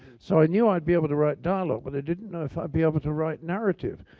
so i knew i'd be able to write dialogue but i didn't know if i'd be able to write narrative.